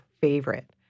favorite